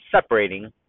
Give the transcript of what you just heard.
separating